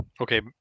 Okay